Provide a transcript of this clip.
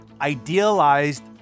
idealized